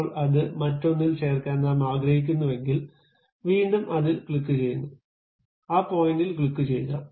ഇപ്പോൾ അത് മറ്റൊന്നിൽ ചേർക്കാൻ നാം ആഗ്രഹിക്കുന്നുവെങ്കിൽ വീണ്ടും അതിൽ ക്ലിക്കുചെയ്യുന്നു ആ പോയിന്റിൽ ക്ലിക്കുചെയ്യുക